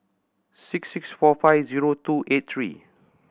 six six four five zero two eight three